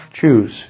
choose